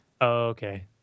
Okay